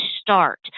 start